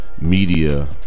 media